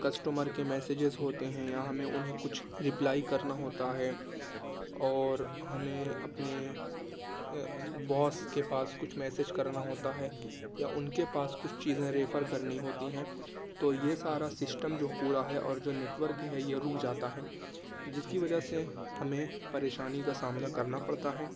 customer کے messages ہوتے ہیں یا ہمیں انہیں کچھ رپلائی کرنا ہوتا ہے اور ہمیں اپنے باس کے پاس کچھ میسج کرنا ہوتا ہے یا ان کے پاس کچھ چیزیں ریفر کرنی ہوتی ہیں تو یہ سارا سسٹم جو پورا ہے اور جو نیٹ ورک ہے یہ رک جاتا ہے جس کی وجہ سے ہمیں پریشانی کا سامنا کرنا پڑتا ہے